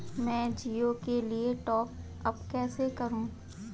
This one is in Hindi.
मैं जिओ के लिए टॉप अप कैसे करूँ?